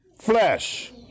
flesh